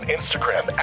Instagram